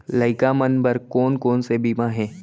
लइका मन बर कोन कोन से बीमा हे?